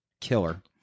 killer